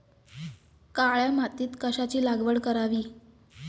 काळ्या मातीत कशाची लागवड करावी?